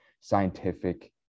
scientific